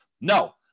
no